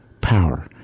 power